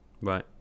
Right